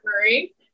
Murray